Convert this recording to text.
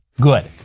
Good